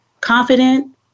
confident